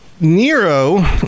Nero